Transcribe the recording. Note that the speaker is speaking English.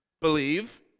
believe